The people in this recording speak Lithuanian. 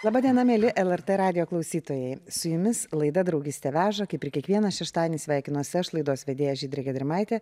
laba diena mieli lrt radijo klausytojai su jumis laida draugystė veža kaip ir kiekvieną šeštadienį sveikinosi aš laidos vedėja žydrė gedrimaitė